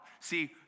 See